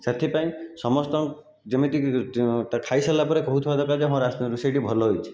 ସେଥିପାଇଁ ସମସ୍ତ ଯେମିତିକି ଖାଇସାରିଲା ପରେ କହୁଥିବା ଦରକାର ଯେ ହଁ ରୋଷେଇଟି ଭଲ ହେଇଛି